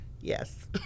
Yes